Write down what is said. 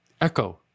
echo